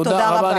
תודה רבה.